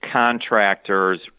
contractors